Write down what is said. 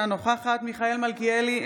אינה נוכחת מיכאל מלכיאלי,